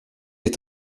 est